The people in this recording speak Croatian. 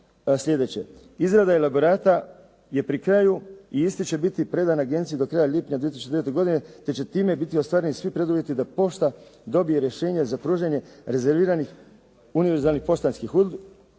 sljedeće. Izrada elaborata je pri kraju i ista će biti predana agenciji do kraja lipnja 2009. godine, te će time biti ostvareni svi preduvjeti da pošta dobije rješenje za pružanje rezerviranih univerzalnih poštanskih usluga.